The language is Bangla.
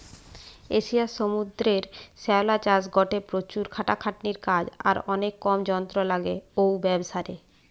এশিয়ার সমুদ্রের শ্যাওলা চাষ গটে প্রচুর খাটাখাটনির কাজ আর অনেক কম যন্ত্র লাগে ঔ ব্যাবসারে